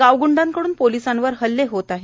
गावगूंडांकडून पोलिसांवर हल्ले होत आहेत